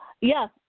Yes